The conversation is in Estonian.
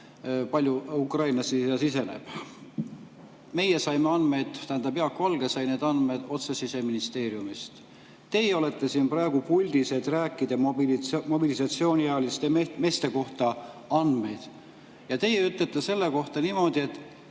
palju ukrainlasi siseneb. Meie saime andmed, tähendab, Jaak Valge sai need andmed otse Siseministeeriumist. Teie olete siin praegu puldis, et rääkida mobilisatsiooniealiste meeste kohta andmeid, ja te ütlete selle kohta niimoodi, et